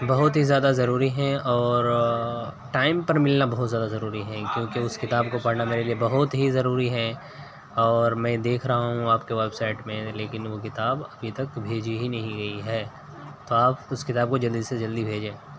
بہت ہی زیادہ ضروری ہے اور ٹائم پر ملنا بہت زیادہ ضروری ہے کیونکہ اس کتاب کو پڑھنا میرے لیے بہت ہی ضروری ہے اور میں دیکھ رہا ہوں آپ کے ویب سائٹ میں لیکن وہ کتاب ابھی تک بھیجی ہی نہیں گئی ہے تو آپ اس کتاب کو جلدی سے جلدی بھیجیں